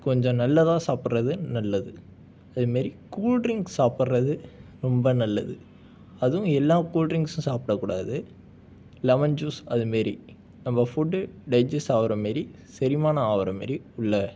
கொஞ்சம் நல்லதாக சாப்பிட்றது நல்லது அதுமாரி கூல்டிரிங்க் சாப்புடுறது ரொம்ப நல்லது அதுவும் எல்லா கூல்டிரிங்க்ஸும் சாப்பிடக்கூடாது லெமன் ஜூஸ் அதுமாரி நம்ம ஃபுட் டைஜிஸ்ட் ஆகிற மாரி செரிமானம் ஆகிற மாரி உள்ள